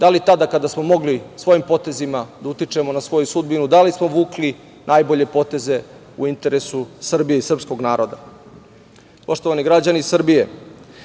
da li tada kada smo mogli svojim potezima da utičemo na svoju sudbinu, da li smo vukli najbolje poteze, u interesu Srbije i srpskog naroda. Poštovani građani Srbije,